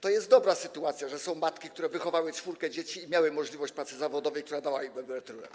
To jest dobra sytuacja, że są matki, które wychowały czwórkę dzieci i miały możliwość pracy zawodowej, która dała im emeryturę.